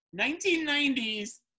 1990's